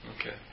okay